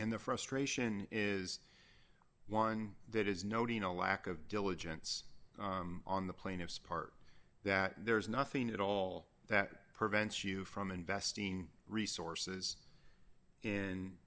the frustration is one that is noting a lack of diligence on the plaintiff's part that there is nothing at all that prevents you from investing resources in